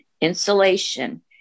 insulation